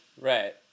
right